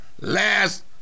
last